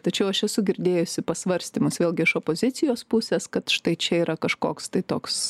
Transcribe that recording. tačiau aš esu girdėjusi pasvarstymus vėlgi iš opozicijos pusės kad štai čia yra kažkoks tai toks